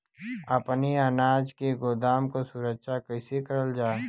अपने अनाज के गोदाम क सुरक्षा कइसे करल जा?